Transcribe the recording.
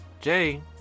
jay